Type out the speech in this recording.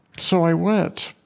so i went.